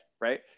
right